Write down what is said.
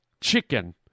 chicken